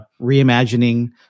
reimagining